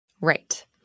Right